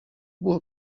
było